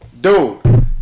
Dude